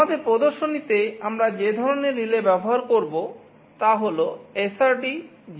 আমাদের প্রদর্শনী তে আমরা যে ধরণের রিলে ব্যবহার করব তা হল SRD 05C SL C